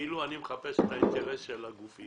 כאילו אני מחפש את האינטרס של הגופים.